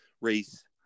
race